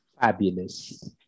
Fabulous